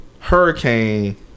Hurricane